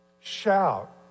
Shout